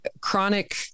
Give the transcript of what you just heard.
chronic